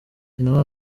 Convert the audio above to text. nyina